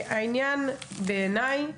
העניין הוא, בעיניי,